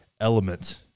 Element